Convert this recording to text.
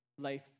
life